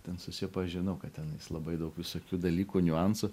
ten susipažinau kad tenais labai daug visokių dalykų niuansų